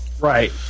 Right